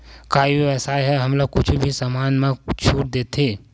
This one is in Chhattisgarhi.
का ई व्यवसाय ह हमला कुछु भी समान मा छुट देथे?